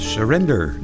Surrender